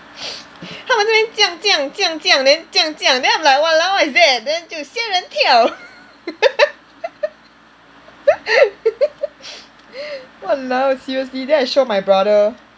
他们在那边降降降降 then 降降 then I'm like !walao! what is that then 就仙人跳 !walao! eh seriously then I show my brother